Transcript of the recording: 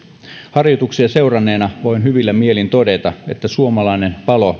harjoituksia seuranneena voin hyvillä mielin todeta että suomalainen palo